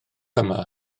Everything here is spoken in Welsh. yma